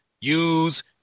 use